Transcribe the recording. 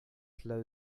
slow